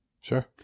Sure